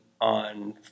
on